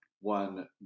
one